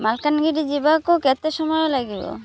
ମାଲକାନଗିରି ଯିବାକୁ କେତେ ସମୟ ଲାଗିବ